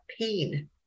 pain